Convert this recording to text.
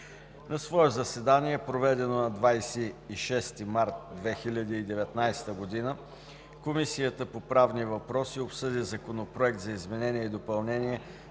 На свое заседание, проведено на 26 март 2019 г., Комисията по правни въпроси обсъди Законопроект за изменение и допълнение